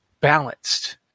balanced